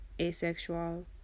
asexual